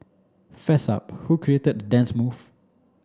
fess up who created dance move